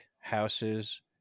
houses